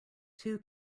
two